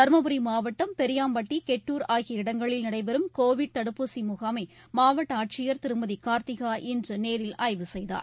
தருமபுரி மாவட்டம் பெரியாம்பட்டி கெட்டூர் ஆகிய இடங்களில் நடைபெறும் கோவிட் தடுப்பூசி முகாமை மாவட்ட ஆட்சியர் திருமதி கார்த்திகா இன்று நேரில் ஆய்வு செய்தார்